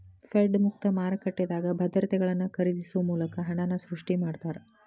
Fed ಮುಕ್ತ ಮಾರುಕಟ್ಟೆದಾಗ ಭದ್ರತೆಗಳನ್ನ ಖರೇದಿಸೊ ಮೂಲಕ ಹಣನ ಸೃಷ್ಟಿ ಮಾಡ್ತಾರಾ